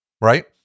right